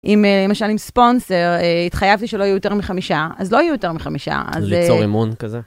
אם, למשל, עם ספונסר, התחייבתי שלא יהיו יותר מחמישה, אז לא יהיו יותר מחמישה, אז... ליצור אמון כזה.